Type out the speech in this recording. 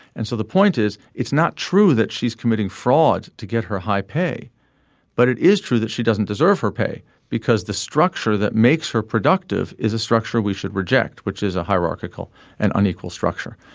and so the point is it's not true that she's committing fraud to get her high pay but it is true that she doesn't deserve her pay because the structure that makes her productive is a structure we should reject which is a hierarchical and unequal structure.